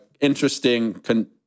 interesting